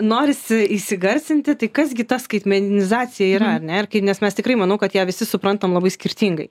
norisi įsigarsinti tai kas gi ta skaitmenizacija yra ar ne ir kai nes mes tikrai manau ją visi suprantam labai skirtingai